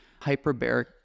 hyperbaric